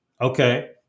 Okay